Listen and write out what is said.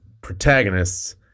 protagonists